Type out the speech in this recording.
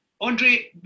Andre